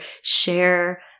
share